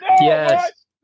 Yes